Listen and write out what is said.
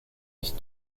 ich